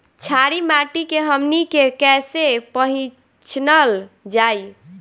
छारी माटी के हमनी के कैसे पहिचनल जाइ?